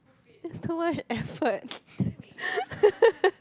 it's too much effort